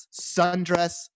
sundress